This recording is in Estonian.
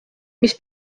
mis